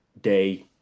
day